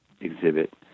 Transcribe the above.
exhibit